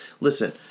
Listen